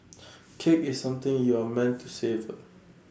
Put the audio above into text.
cake is something you are meant to savour